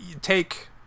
take